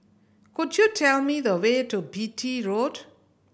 could you tell me the way to Beatty Road